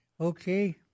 okay